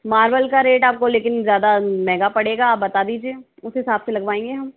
marble का rate आपको लेकिन ज़्यादा महंगा पड़ेगा आप बता दीजिए उस हिसाब से लगवाएंगे हम